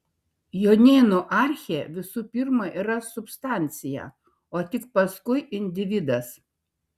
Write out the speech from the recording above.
jonėnų archė visų pirma yra substancija o tik paskui individas